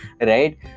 right